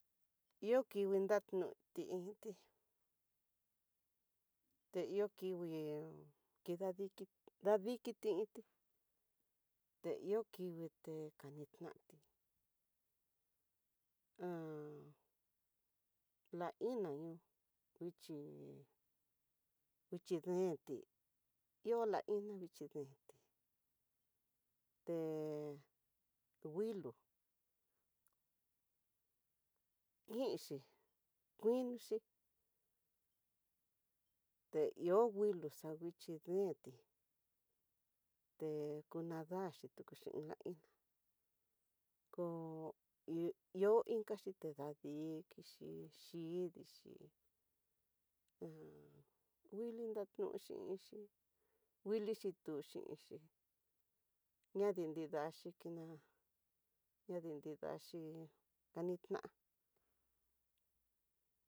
Ihó kingui ndando kinguiti, tiyo kingui kidadiki dadikiti iinti, te ihó kingue kanitanti ha na iná ihó, kuichi kuchi deenti ihó la iná vichí deenti, te nguilo, iinchi kuinoxhi te ihó nguilo xanguixhi deenti te kunadaxhi kutula iná, ko ihó inkaxhi tedadikixhi xhidixi ha nguili nando xhinxi, nguili xhitun xhinxi ña nrinida xhikiná ña nrinidaxhi kaninta.